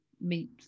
meet